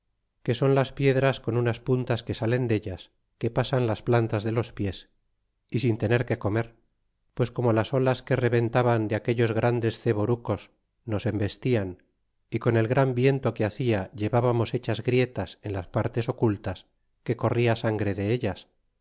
que son las piedras con unas puntas que salen dellas que pasan las plantas de los pies y sin tener que comer pues como las olas que rebentaban de aquellos grandes ceborucos nos embestian y con el gran viento que hacia llevábamos hechas grietas en las partes ocultas que corria sangre dellas